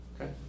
Okay